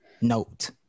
Note